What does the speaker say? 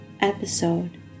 episode